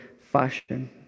fashion